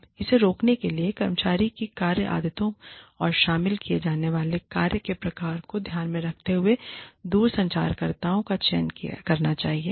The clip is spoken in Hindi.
अब इसे रोकने के लिए कर्मचारी की कार्य आदतों और शामिल किए जाने वाले कार्य के प्रकार को ध्यान में रखते हुए दूरसंचारकर्ताओं का चयन करना चाहिए